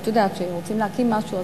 את יודעת שכשרוצים להקים משהו,